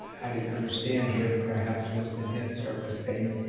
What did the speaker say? i didn't understand here perhaps was the debt service payment.